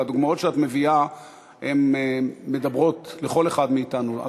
והדוגמאות שאת מביאה מדברות לכל אחד מאתנו,